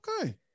okay